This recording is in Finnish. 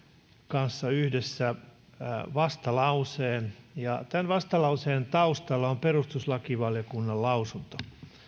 kanssa yhdessä vastalauseen ja tämän vastalauseen taustalla on perustuslakivaliokunnan lausunto